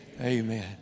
Amen